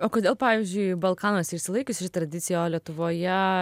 o kodėl pavyzdžiui balkanuose išsilaikiusi ši tradicija o lietuvoje